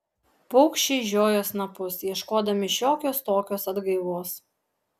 paukščiai žiojo snapus ieškodami šiokios tokios atgaivos